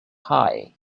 high